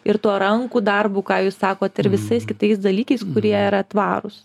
ir tuo rankų darbu ką jūs sakot ir visais kitais dalykais kurie yra tvarūs